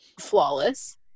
flawless